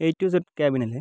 എയിക് to Z കേബിനല്ലേ